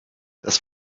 das